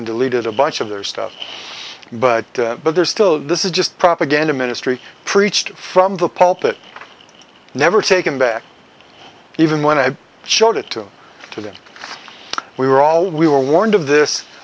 and deleted a bunch of their stuff but but they're still this is just propaganda ministry preached from the pulpit never taken back even when i showed it to them we were all we were warned of this